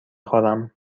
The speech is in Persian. خورم